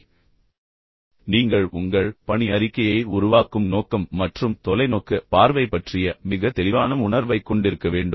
உண்மையில் நீங்கள் உங்கள் பணி அறிக்கையை உருவாக்கும் நோக்கம் மற்றும் தொலைநோக்கு தொலைநோக்கு பார்வை பற்றிய மிகத் தெளிவான உணர்வைக் கொண்டிருக்க வேண்டும்